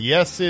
Yes